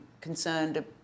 concerned